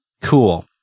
Cool